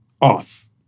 off